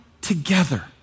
together